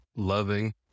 loving